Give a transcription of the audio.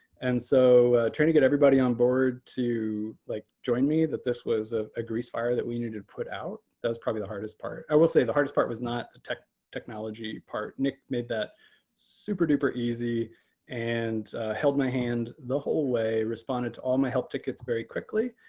and so trying to get everybody on board to like join me that this was a ah grease fire that we needed to put out, that's probably the hardest part. i will say, the hardest part was not the technology part. nick made that super duper easy and held my hand the whole way, responded to all my help tickets very quickly,